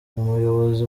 umuyobozi